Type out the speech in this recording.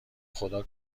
خدا